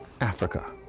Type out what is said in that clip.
Africa